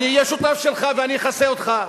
אני אהיה שותף שלך ואני אכסה אותך,